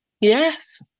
Yes